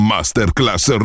Masterclass